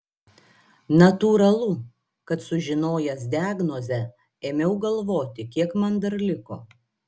natūralu kad sužinojęs diagnozę ėmiau galvoti kiek man dar liko